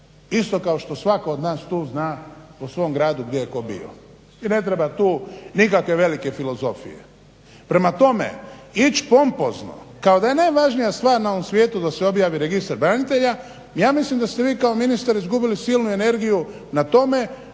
isto kao što svatko od nas tu u svom gradu gdje je tko bio i ne treba tu nikakve velike filozofije, prema tome ići pompozno kao da je najvažnija stvar u ovom svijetu da se objavi registar branitelja, ja mislim da ste vi kao ministar izgubili silnu energiju na tome